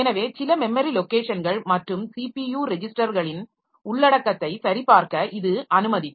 எனவே சில மெமரி லொக்கேஷன்கள் மற்றும் ஸிபியு ரெஜிஸ்டர்களின் உள்ளடக்கத்தை சரிபார்க்க இது அனுமதிக்கும்